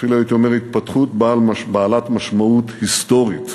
אפילו הייתי אומר התפתחות בעלת משמעות היסטורית.